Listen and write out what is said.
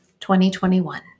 2021